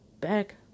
back